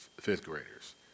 fifth-graders